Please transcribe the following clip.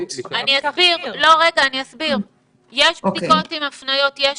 יש בדיקות עם הפניות.